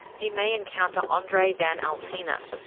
he may encounter andre van altena,